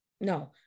No